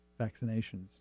vaccinations